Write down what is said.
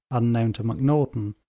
unknown to macnaghten,